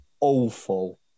awful